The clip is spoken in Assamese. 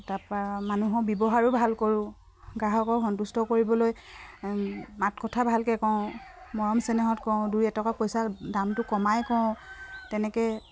তাৰপা মানুহৰ ব্যৱহাৰো ভাল কৰোঁ গ্ৰাহকক সন্তুষ্ট কৰিবলৈ মাত কথা ভালকে কওঁ মৰম চেনেহত কওঁ দুই এটকা পইচা দামটো কমাই কওঁ তেনেকে